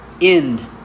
end